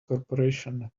corporation